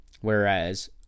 whereas